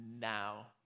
now